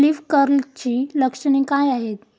Leaf कर्लची लक्षणे काय आहेत?